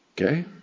Okay